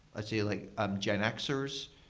ah say, like ah gen x-ers,